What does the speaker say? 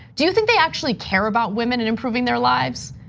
do you think they actually care about women and improving their lives?